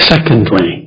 Secondly